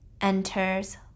enters